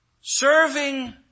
Serving